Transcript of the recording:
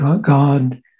God